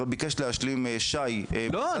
ביקש להשלים שי ממשרד המשפטים --- לא,